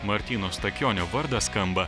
martyno stakionio vardas skamba